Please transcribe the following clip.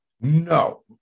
No